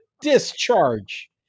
discharge